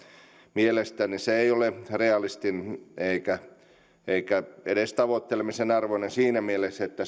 mielestäni se ei ole realistista eikä edes tavoittelemisen arvoista siinä mielessä että